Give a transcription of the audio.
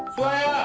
play?